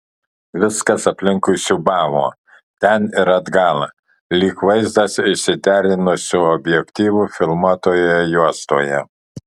viskas aplinkui siūbavo ten ir atgal lyg vaizdas išsiderinusiu objektyvu filmuotoje juostoje